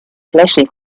flashy